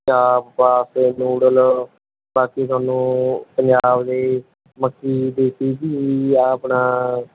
ਚਾਪ ਪਾਸਤੇ ਨਿਊਡਲ ਬਾਕੀ ਤੁਹਾਨੂੰ ਪੰਜਾਬ ਦੇ ਮੱਕੀ ਦੇਸੀ ਘੀ ਯਾ ਆਪਣਾ